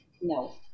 No